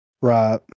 Right